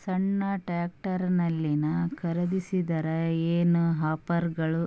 ಸಣ್ಣ ಟ್ರ್ಯಾಕ್ಟರ್ನಲ್ಲಿನ ಖರದಿಸಿದರ ಏನರ ಆಫರ್ ಗಳು